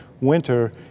winter